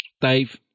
Dave